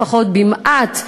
לפחות במעט,